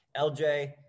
LJ